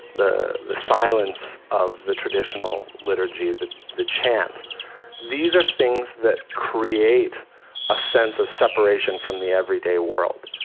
the the silence of the traditional liturgy, the the chant these are things that create a sense of separation from the everyday world.